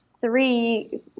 three